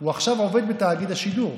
הוא עכשיו עובד בתאגיד השידור,